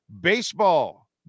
baseball